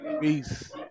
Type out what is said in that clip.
Peace